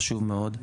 הוא חשוב מאוד,